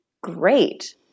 great